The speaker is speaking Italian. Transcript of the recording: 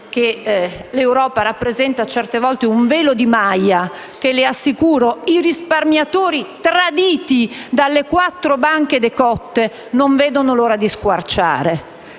l'Europa rappresenta certe volte un velo di Maya che, le assicuro, i risparmiatori traditi dalle quattro banche decotte non vedono l'ora di squarciare.